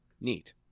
Neat